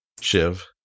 Shiv